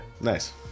Nice